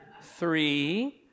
three